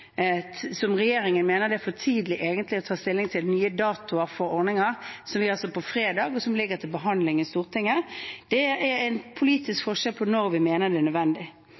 som regjeringen mener det er for tidlig å ta stilling til, f.eks. nye datoer for ordninger, og som ligger til behandling i Stortinget. Det er en politisk forskjell i synet på når vi mener det er nødvendig.